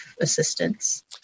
assistance